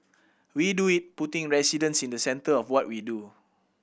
we do it putting residents in the centre of what we do